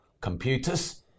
computers